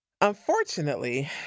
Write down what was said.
Unfortunately